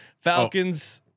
Falcons